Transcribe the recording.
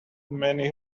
many